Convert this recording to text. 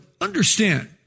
understand